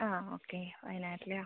ആ ഓക്കെ വയനാട് അല്ലേ